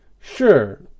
sure